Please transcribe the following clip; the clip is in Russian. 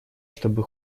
чтобы